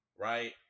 Right